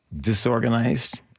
disorganized